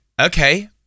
okay